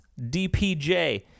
DPJ